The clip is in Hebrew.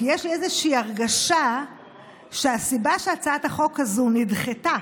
כי יש לי איזושהי הרגשה שהסיבה שהצעת החוק הזאת נדחתה